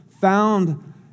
found